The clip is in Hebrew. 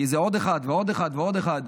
כי זה עוד אחד ועוד אחד ועוד אחד.